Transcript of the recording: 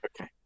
okay